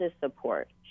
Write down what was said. support